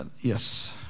Yes